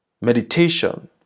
meditation